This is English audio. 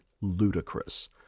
ludicrous